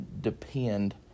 depend